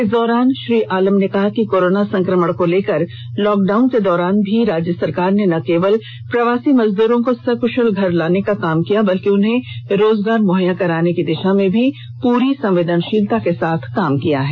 इस दौरान श्री आलम ने कहा कि कोरोना संक्रमण को लेकर लॉकडाउन के दौरान भी राज्य सरकार ने न केवल प्रवासी मजदरों को सकृषल घर लाने का काम किया बल्कि उन्हे रोजगार मुहैया कराने की दिषा में पूरी संवेदनषीलता के साथ काम किया है